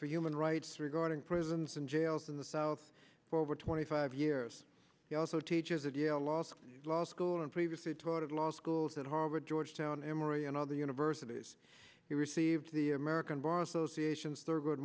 for human rights regarding prisons and jails in the south for over twenty five years he also teaches at yale law school law school and previously taught at law schools at harvard georgetown emory and other universities he received the american bar association thurgood